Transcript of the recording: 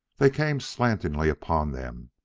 that came slantingly upon them,